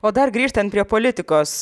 o dar grįžtant prie politikos